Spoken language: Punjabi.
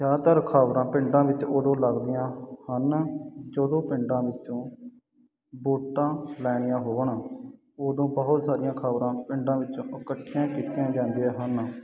ਜ਼ਿਆਦਾਤਰ ਖ਼ਬਰਾਂ ਪਿੰਡਾਂ ਵਿੱਚ ਉਦੋਂ ਲੱਗਦੀਆਂ ਹਨ ਜਦੋਂ ਪਿੰਡਾਂ ਵਿੱਚੋਂ ਵੋਟਾਂ ਲੈਣੀਆਂ ਹੋਣ ਉਦੋਂ ਬਹੁਤ ਸਾਰੀਆਂ ਖ਼ਬਰਾਂ ਪਿੰਡਾਂ ਵਿੱਚੋਂ ਇਕੱਠੀਆਂ ਕੀਤੀਆਂ ਜਾਂਦੀਆਂ ਹਨ